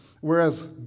Whereas